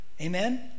Amen